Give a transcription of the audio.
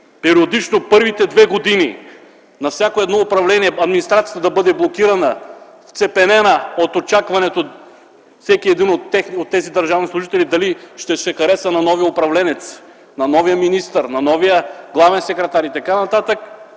периодично първите две години на всяко едно управление администрацията да бъде блокирана, вцепенена от очакването всеки един от тези държавни служители дали ще се хареса на новия управленец, на новия министър, на новия главен секретар и така нататък,